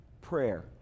prayer